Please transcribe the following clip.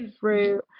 fruit